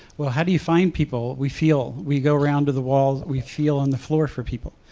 well how do you find people? we feel, we go around to the wall, we feel on the floor for people.